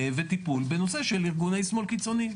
וטיפול בנושא של ארגוני שמאל קיצוניים?